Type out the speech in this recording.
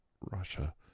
Russia